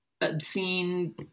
obscene